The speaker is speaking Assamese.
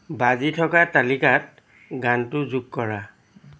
বাজি থকা তালিকাত গানটো যোগ কৰা